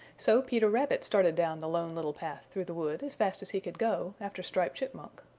so peter rabbit started down the lone little path through the wood as fast as he could go after striped chipmunk.